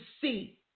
see